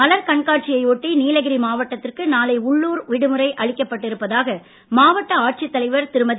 மலர் கண்காட்சியையொட்டி நீலகிரி மாவட்டத்திற்கு நாளை உள்ளூர் விடுமுறை அளிக்கப்பட்டிருப்பதாக மாவட்ட ஆட்சித் தலைவர் திருமதி